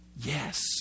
Yes